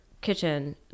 kitchen